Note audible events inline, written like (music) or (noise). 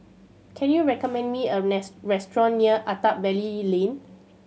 can you recommend me a (unintelligible) restaurant near Attap Valley Lane